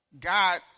God